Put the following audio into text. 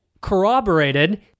corroborated